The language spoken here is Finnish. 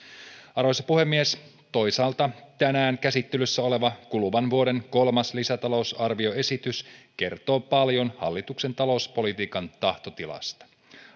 arvoisa puhemies toisaalta tänään käsittelyssä oleva kuluvan vuoden kolmas lisäta lousarvioesitys kertoo paljon hallituksen talouspolitiikan tahtotilasta